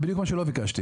זה בדיוק מה שלא ביקשתי.